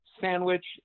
sandwich